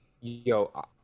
Yo